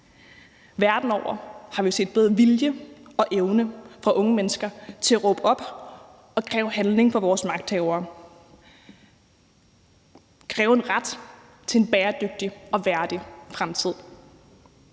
Verden over har vi set både vilje og evne fra unge menneskers side til at råbe op og kræve handling af vores magthavere og kræve retten til en bæredygtig og værdig fremtid.